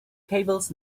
cables